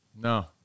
No